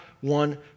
one